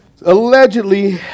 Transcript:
Allegedly